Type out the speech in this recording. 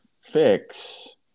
fix